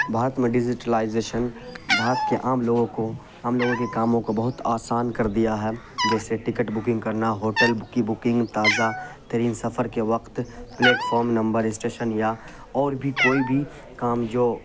بھارت میں ڈیزیٹلائزیشن بھارت کے عام لوگوں کو عام لوگوں کے کاموں کو بہت آسان کر دیا ہے جیسے ٹکٹ بکنگ کرنا ہوٹل کی بکنگ تازہ ٹرین سفر کے وقت پلیٹ فارم نمبر اسٹیشن یا اور بھی کوئی بھی کام جو